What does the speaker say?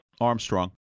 Armstrong